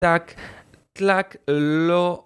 טאק טלאק לא